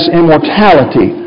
immortality